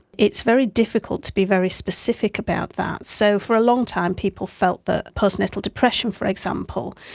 it's very difficult to be very specific about that. so for a long time people felt that postnatal depression, for example,